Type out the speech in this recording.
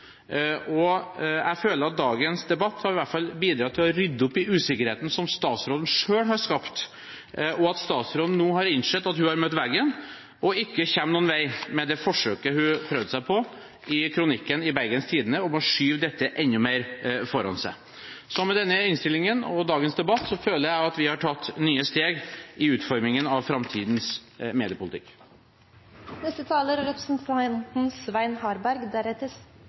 Jeg føler at dagens debatt i hvert fall har bidratt til å rydde opp i usikkerheten som statsråden selv har skapt, og at statsråden nå har innsett at hun har møtt veggen og ikke kommer noen vei med det forsøket hun prøvde seg på i kronikken i Bergens Tidende, om å skyve dette enda mer foran seg. Med denne innstillingen og dagens debatt føler jeg at vi har tatt nye steg i utformingen av framtidens mediepolitikk. Det har vært en spennende debatt – litt som forventet. Men det er